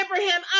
Abraham